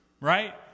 right